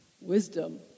wisdom